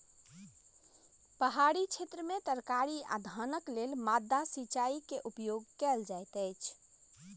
पहाड़ी क्षेत्र में तरकारी आ धानक लेल माद्दा सिचाई के उपयोग कयल जाइत अछि